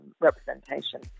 representation